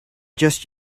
just